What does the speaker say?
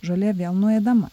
žolė vėl nueidama